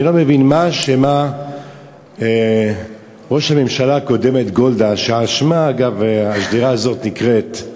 אני לא מבין מה אשמה ראש הממשלה הקודמת גולדה שעל שמה השדרה הזאת נקראת,